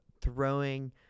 throwing